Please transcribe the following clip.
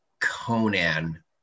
Conan